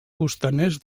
costaners